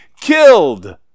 killed